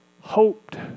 hoped